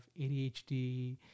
ADHD